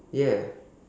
yes